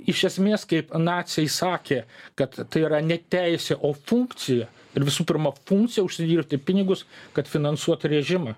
iš esmės kaip naciai sakė kad tai yra ne teisė o funkcija ir visų pirma funkcija užsidirbti pinigus kad finansuotų režimą